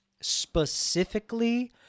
specifically